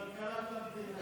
זאת הכלכלה של המדינה.